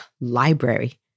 library